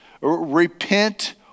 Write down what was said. repent